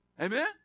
Amen